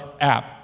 app